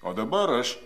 o dabar aš